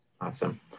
Awesome